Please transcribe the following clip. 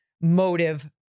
motive